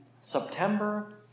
September